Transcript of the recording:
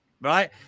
right